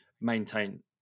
maintain